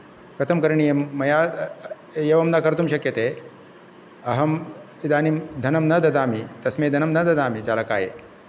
कथं करणीयं मया एवं न कर्तुं शक्यते अहम् इदानीं धनं न ददामि तस्मै धनं न ददामि चालकाय